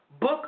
book